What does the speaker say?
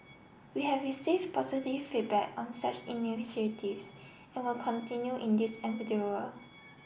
we have receive positive feedback on such initiatives and will continue in this endeavour